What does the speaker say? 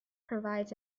provides